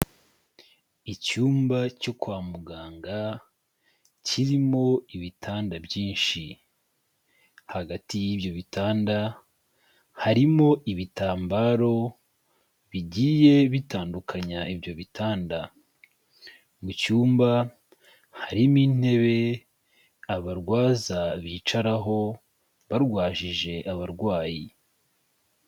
Icyumba cyo kwa muganga kirimo ibitanda byinshi, hagati y'ibyo bitanda harimo ibitambaro bigiye bitandukanya ibyo bitanda, mu cyumba harimo intebe abarwaza bicaraho barwajije abarwayi.